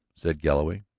said galloway.